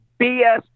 BS